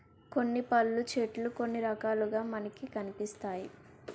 కొన్ని పళ్ళు చెట్లు కొన్ని రకాలుగా మనకి కనిపిస్తాయి